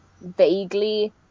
vaguely